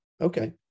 Okay